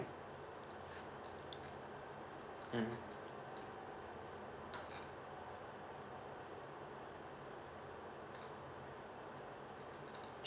mm